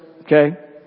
okay